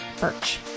Birch